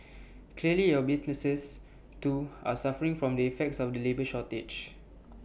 clearly your businesses too are suffering from the effects of the labour shortage